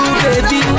baby